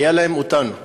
היה להם אותנו.